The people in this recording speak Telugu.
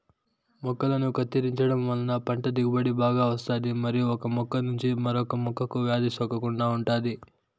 మొక్కలను కత్తిరించడం వలన పంట దిగుబడి బాగా వస్తాది మరియు ఒక మొక్క నుంచి మరొక మొక్కకు వ్యాధి సోకకుండా ఉంటాది